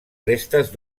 restes